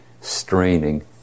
straining